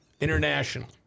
International